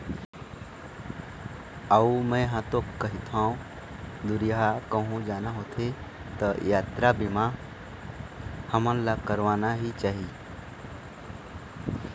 अऊ मेंहा तो कहिथँव दुरिहा कहूँ जाना होथे त यातरा बीमा हमन ला करवाना ही चाही